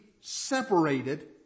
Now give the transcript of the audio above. separated